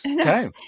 okay